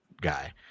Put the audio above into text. guy